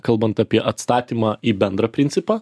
kalbant apie atstatymą į bendrą principą